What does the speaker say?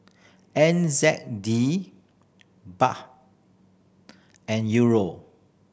N Z D Baht and Euro